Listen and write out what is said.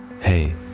Hey